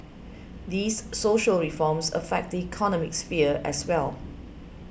these social reforms affect the economic sphere as well